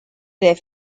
their